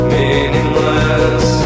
meaningless